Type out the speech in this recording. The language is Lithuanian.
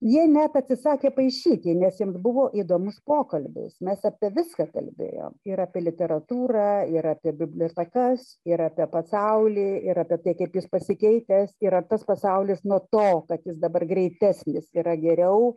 jie net atsisakė paišyti nes jiems buvo įdomus pokalbis mes apie viską kalbėjom ir apie literatūrą ir apie bibliotekas ir apie pasaulį ir apie tai kaip jis pasikeitęs ir ar tas pasaulis nuo to kad jis dabar greitesnis yra geriau